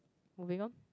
moving on